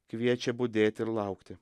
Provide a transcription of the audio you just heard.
kviečia budėti ir laukti